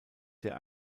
der